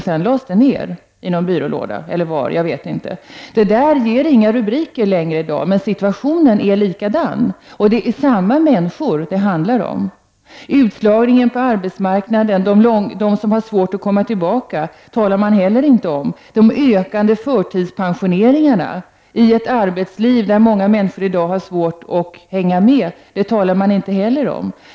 Sedan lades utredningen ner och glömdes bort i någon byrålåda. Det här ger inga rubriker i dag, men situationen är likadan nu, och det är samma människor det handlar om. Om utslagningen på arbetsmarknaden och om dem som har det svårt att komma tillbaka talar man inte. De ökande förtidspensioneringarna i ett arbetsliv där många människor har svårt att hänga med talas det inte heller om.